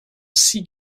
six